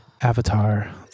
Avatar